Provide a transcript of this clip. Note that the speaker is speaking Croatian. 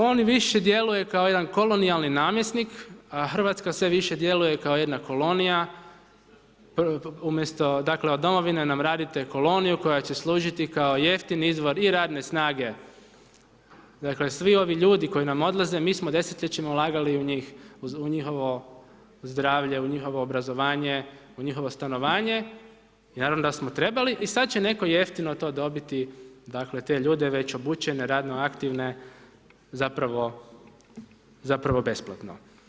On više djeluje kao jedan kolonijalni namjesnik a Hrvatska sve više djeluje kao jedna kolonija, umjesto, dakle od Domovine nam radite koloniju koja će služiti kao jeftini izvor i radne snage, dakle svi ovi ljudi koji nam odlaze mi smo desetljećima ulagali u njih, u njihovo zdravlje, u njihovo obrazovanje, u njihovo stanovanje i naravno da smo trebali i sada će netko jeftino to dobiti, dakle te ljude već obučene, radno aktivne, zapravo besplatno.